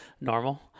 normal